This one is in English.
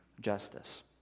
justice